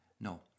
No